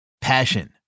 Passion